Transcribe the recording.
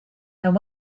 and